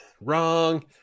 Wrong